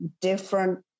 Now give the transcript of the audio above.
different